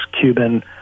Cuban